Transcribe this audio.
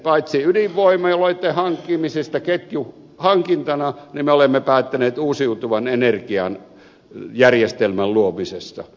paitsi ydinvoimaloitten hankkimisesta ketjuhankintana me olemme päättäneet uusiutuvan energian järjestelmän luomisesta